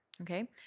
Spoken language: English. okay